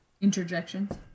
Interjections